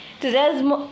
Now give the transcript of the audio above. Today's